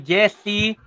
Jesse